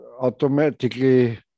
automatically